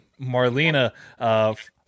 Marlena